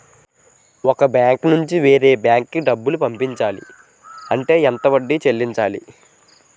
ఒక బ్యాంక్ నుంచి వేరే బ్యాంక్ కి డబ్బులు పంపించాలి అంటే ఎంత వడ్డీ చెల్లించాలి?